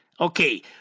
Okay